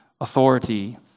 authority